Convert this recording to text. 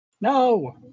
No